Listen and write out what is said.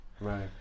right